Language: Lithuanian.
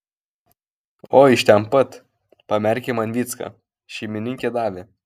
o iš ten pat pamerkė man vycka šeimininkė davė